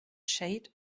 shade